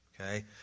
okay